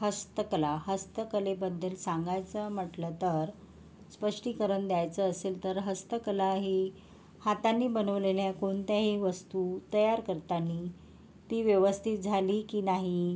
हस्तकला हस्तकलेबद्दल सांगायचं म्हटलं तर स्पष्टीकरण द्यायचं असेल तर हस्तकला ही हाताने बनवलेल्या कोणत्याही वस्तू तयार करताना ती व्यवस्थित झाली की नाही